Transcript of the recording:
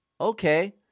okay